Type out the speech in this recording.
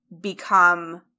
become